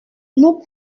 nous